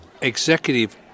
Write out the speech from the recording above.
executive